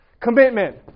Commitment